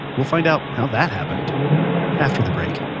we'll find out how that happened after the break